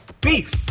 beef